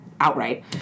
outright